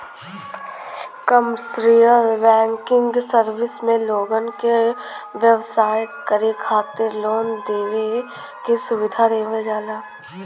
commercial banking service में लोगन के व्यवसाय करे खातिर लोन देवे के सुविधा देवल जाला